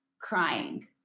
crying